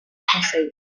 conseil